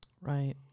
Right